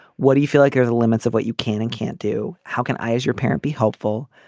what do you feel like you're the limits of what you can and can't do. how can i as your parent be helpful.